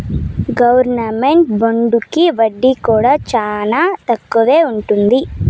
government బాండుకి వడ్డీ కూడా చానా తక్కువే ఉంటది